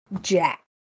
Jack